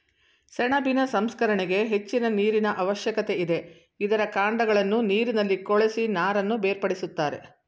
ಸೆಣಬಿನ ಸಂಸ್ಕರಣೆಗೆ ಹೆಚ್ಚಿನ ನೀರಿನ ಅವಶ್ಯಕತೆ ಇದೆ, ಇದರ ಕಾಂಡಗಳನ್ನು ನೀರಿನಲ್ಲಿ ಕೊಳೆಸಿ ನಾರನ್ನು ಬೇರ್ಪಡಿಸುತ್ತಾರೆ